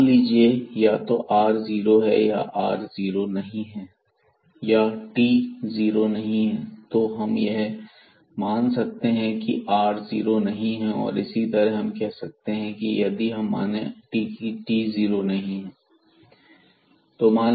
मान लीजिए या तो r 0 है या r जीरो नहीं है या t 0 नहीं है तो हम यहां यह मानते हैं की r 0 नहीं है और इसी तरह हम कर सकते हैं यदि हम माने की t 0 नहीं है